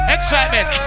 Excitement